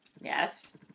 Yes